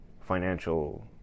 financial